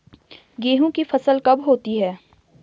गेहूँ की फसल कब होती है?